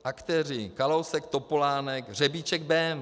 Aktéři: Kalousek, Topolánek, Řebíček, Bém.